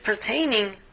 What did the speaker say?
pertaining